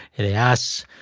they ask,